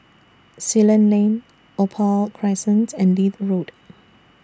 Ceylon Lane Opal Crescent and Leith Road